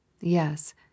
Yes